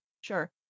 sure